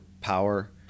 power